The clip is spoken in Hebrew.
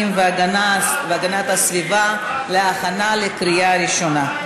והגנת הסביבה להכנה לקריאה ראשונה.